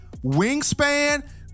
wingspan